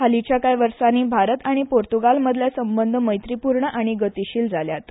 हालींच्या कांय वर्सांनी भारत आनी पूर्तुगाला मदीं संबंद इश्टागतीचे आनी गतीशील जाल्यात